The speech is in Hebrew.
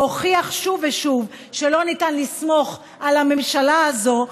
והוכיח שוב ושוב שלא ניתן לסמוך על הממשלה הזאת,